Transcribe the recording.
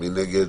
מי נגד?